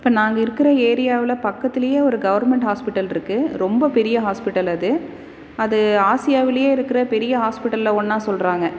இப்போ நாங்கள் இருக்கிற ஏரியாவில் பக்கத்துலேயே ஒரு கவெர்மெண்ட் ஹாஸ்பிட்டலிருக்கு ரொம்ப பெரிய ஹாஸ்பிட்டல் அது அது ஆசியாவுலேயே இருக்கிற பெரிய ஹாஸ்பிட்டலில் ஒன்றா சொல்கிறாங்க